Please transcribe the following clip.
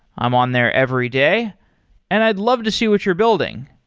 i'm on there every day and i'd love to see what you're building.